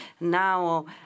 now